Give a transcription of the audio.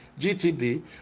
GTD